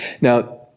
Now